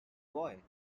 boy